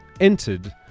entered